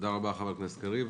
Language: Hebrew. תודה רבה, חבר הכנסת קריב.